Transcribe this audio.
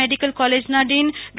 medical કોલેજના dean ડો